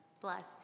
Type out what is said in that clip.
Bless